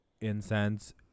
incense